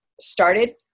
started